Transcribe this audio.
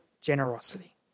generosity